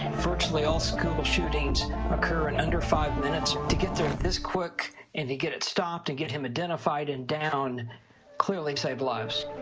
virtually all school shootings occur in under five minutes. to get there this quick and to get it stopped and get him identified and down clearly saved lives.